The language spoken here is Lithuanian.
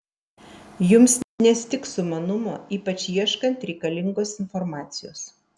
jums nestigs sumanumo ypač ieškant reikalingos informacijos